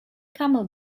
camel